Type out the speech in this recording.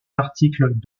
articles